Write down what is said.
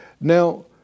Now